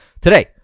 Today